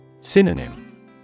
Synonym